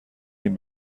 این